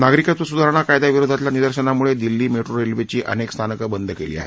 नागरिकत्व सुधारणा कायद्या विरोधातल्या निदर्शनांमुळे दिल्ली मेट्रो रेल्वेची अनेक स्थानकं बंद केली आहेत